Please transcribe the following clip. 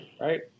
right